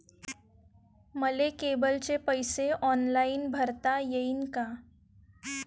मले केबलचे पैसे ऑनलाईन भरता येईन का?